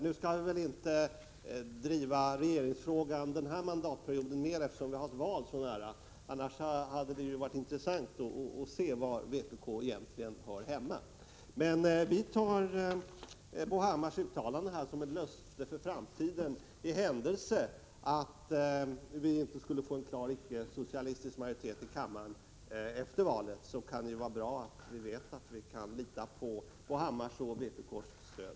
Vi skall väl inte diskutera regeringsfrågan under den här mandatperioden mer, eftersom vi har ett val mycket nära. Annars hade det varit intressant att se var vpk egentligen hör hemma. Men vi tar Bo Hammars uttalande här som ett löfte för framtiden. I den händelse vi inte skulle få en klar icke-socialistisk majoritet i kammaren efter valet, är det bra att veta att vi kan lita på Bo Hammars och vpk:s stöd.